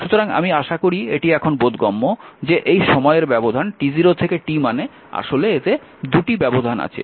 সুতরাং আমি আশা করি এটি এখন বোধগম্য যে এই সময়ের ব্যবধান t0 থেকে t মানে আসলে 2টি ব্যবধান আছে